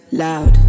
loud